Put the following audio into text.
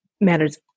Matters